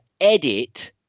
edit –